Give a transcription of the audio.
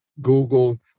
Google